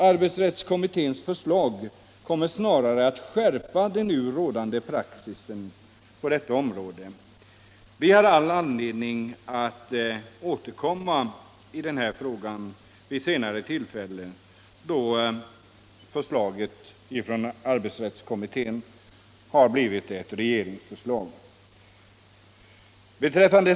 Arbetsrättskommitténs förslag kommer snarare att skärpa nu rådande praxis. Vi har all anledning att återkomma i denna fråga vid senare tillfälle då arbetsrättskommitténs förslag blivit ett regeringsförslag.